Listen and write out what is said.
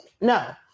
No